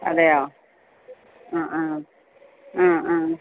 അതേയോ ആ ആ ആ ആ